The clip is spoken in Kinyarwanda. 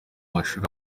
mashuri